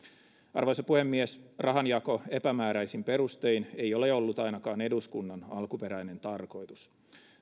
arvoisa puhemies rahanjako epämääräisin perustein ei ole ollut ainakaan eduskunnan alkuperäinen tarkoitus